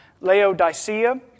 Laodicea